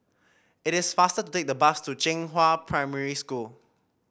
it is faster to take the bus to Zhenghua Primary School